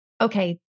okay